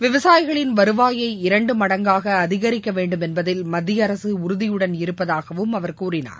விவசாயிகளின் வருவாயை இரண்டு மடங்காக அதிகரிக்க வேண்டும் என்பதில் மத்திய அரசு உறுதியுடன் இரப்பதாகவும் அவர் கூறினார்